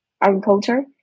agriculture